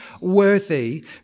worthy